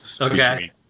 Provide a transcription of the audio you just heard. Okay